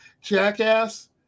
jackass